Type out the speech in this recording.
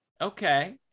Okay